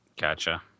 Gotcha